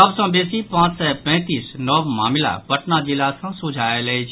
सभ सँ बेसी पांच सय पैंतीस नव मामिला पटना जिला सँ सोझा आयल अछि